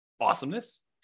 Awesomeness